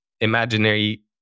imaginary